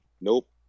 Nope